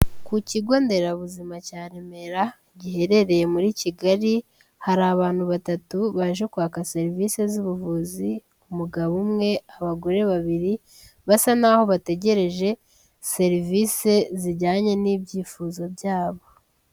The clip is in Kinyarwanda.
Ku kigo nderabuzima cya Remera, giherereye muri Kigali, hari abantu batatu baje kwaka serivisi z'ubuvuzi, umugabo umwe, abagore babiri basa n'aho bategereje serivisi zijyanye n'ibyifuzo byabo.